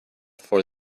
for